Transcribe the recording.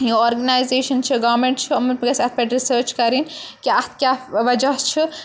یہِ آرگنایزیشَن چھِ گامنٹ چھِ یِمَن گَژھِ اَتھ پیٚٹھ رِسٲچ کَرٕنۍ کہِ اَتھ کیاہ وَجہ چھِ